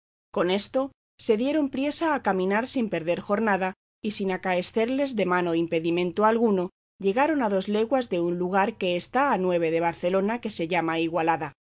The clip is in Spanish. con esto se dieron priesa a caminar sin perder jornada y sin acaescerles desmán o impedimento alguno llegaron a dos leguas de un lugar que está nueve de barcelona que se llama igualada